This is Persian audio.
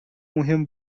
مهم